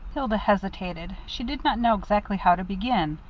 hilda hesitated. she did not know exactly how to begin.